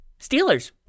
Steelers